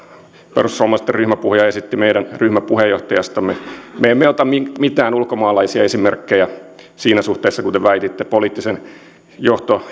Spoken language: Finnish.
perussuomalaisten ryhmäpuhuja esitti meidän ryhmäpuheenjohtajastamme me emme ota mitään ulkomaalaisia esimerkkejä siinä suhteessa kuten väititte poliittisen johtomme